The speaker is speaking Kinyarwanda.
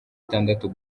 itandatu